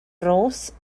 ros